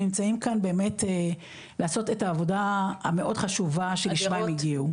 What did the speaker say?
נמצאים כאן באמת לעשות את העבודה המאוד חשובה שלשמה הם הגיעו.